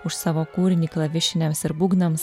už savo kūrinį klavišiniams ir būgnams